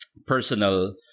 Personal